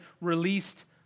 released